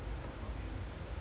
how can you pay less